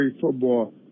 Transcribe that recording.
football